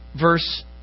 verse